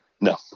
No